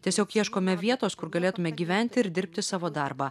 tiesiog ieškome vietos kur galėtume gyventi ir dirbti savo darbą